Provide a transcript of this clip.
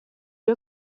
gli